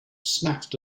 snatched